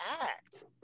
act